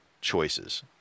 choices